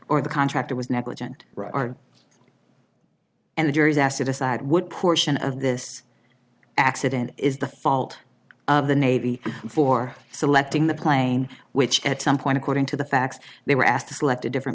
or the contractor was negligent are and the jury's asked to decide would portion of this accident is the fault of the navy for selecting the plane which at some point according to the facts they were asked to select a different